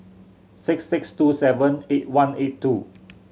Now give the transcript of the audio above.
six six two seven eight one eight two